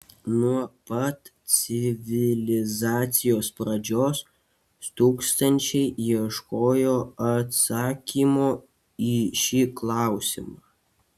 nuo pat civilizacijos pradžios tūkstančiai ieškojo atsakymo į šį klausimą